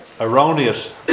erroneous